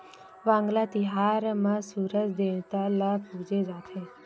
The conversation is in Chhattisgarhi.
वांगला तिहार म सूरज देवता ल पूजे जाथे